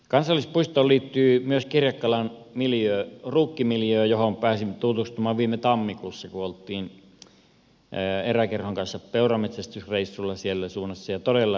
kansallispuistoon liittyy myös kirjakkalan ruukkimiljöö johon pääsin tutustumaan viime tammikuussa kun olimme eräkerhon kanssa peuranmetsästysreissulla siellä suunnalla todella hienoa aluetta